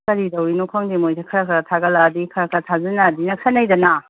ꯀꯔꯤ ꯇꯧꯔꯤꯅꯣ ꯈꯪꯗꯦ ꯃꯣꯏꯁꯦ ꯈꯔ ꯈꯔ ꯊꯥꯒꯠꯂꯛꯑꯗꯤ ꯈꯔ ꯈꯔ ꯊꯥꯖꯤꯟꯅꯔꯗꯤ ꯅꯛꯁꯟꯅꯩꯗꯅ